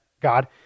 God